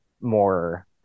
more